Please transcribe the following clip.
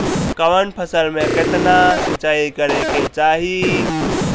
कवन फसल में केतना सिंचाई करेके चाही?